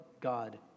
God